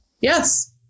Yes